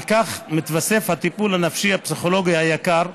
על כך מתווסף הטיפול הנפשי הפסיכולוגי היקר,